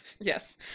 Yes